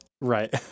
right